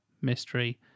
Mystery